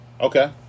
Okay